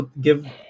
give